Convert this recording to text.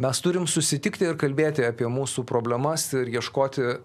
mes turim susitikti ir kalbėti apie mūsų problemas ir ieškoti